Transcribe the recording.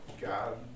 God